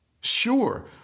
Sure